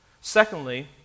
Secondly